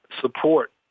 support